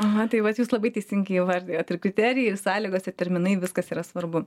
aha tai vat jūs labai teisingai įvardijot ir kriterijai ir sąlygos ir terminai viskas yra svarbu